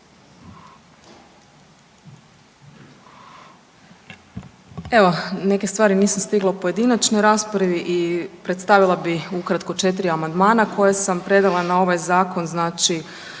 Evo, neke stvari nisam stigla u pojedinačnoj raspravi i predstavila bih ukratko 4 amandmana koje sam predala na ovaj Zakon, znači,